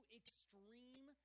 extreme